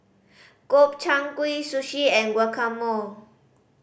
Gobchang Gui Sushi and Guacamole